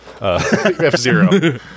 F-Zero